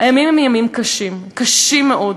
הימים הם ימים קשים, קשים מאוד.